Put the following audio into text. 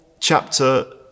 chapter